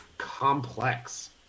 complex